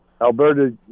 Alberta